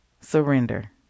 surrender